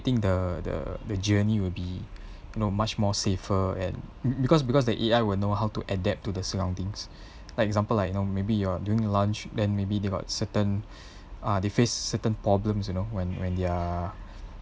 think the the the journey will be you know much more safer and because because the A_I will know how to adapt to the surroundings like example like you know maybe your during launch then maybe they got certain uh they face certain problems you know when when they are